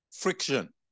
friction